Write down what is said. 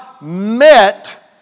met